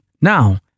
Now